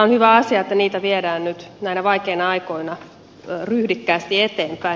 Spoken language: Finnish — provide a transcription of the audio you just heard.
on hyvä asia että niitä viedään nyt näinä vaikeina aikoina ryhdikkäästi eteenpäin